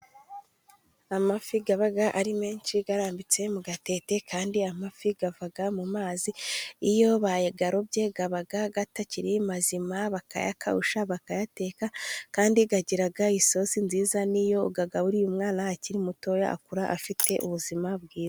Amafi aba ari menshi arambitse mu gatete kandi amafi ava mu mazi, iyo bayarobye aba atakiri mazima bakayakawusha, bakayateka kandi agira isosi nziza, ni iyo uyagaburiye umwana akiri mutoya, akura afite ubuzima bwiza.